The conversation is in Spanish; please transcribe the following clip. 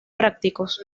prácticos